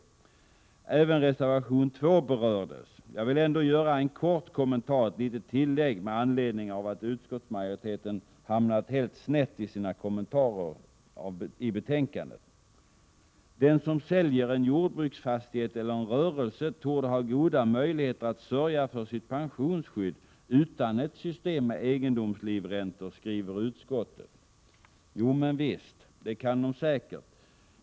Knut Wachtmeister berörde även reservation 2. Jag vill ändå göra en kort kommentar, ett litet tillägg, med anledning av att utskottsmajoriteten har hamnat helt snett i sina kommentarer i betänkandet. ”Den som säljer en jordbruksfastighet eller en rörelse torde ha goda möjligheter att sörja för sitt pensionsskydd utan ett system med egendomslivräntor”, skriver utskottet. Det kan de säkert.